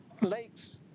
lakes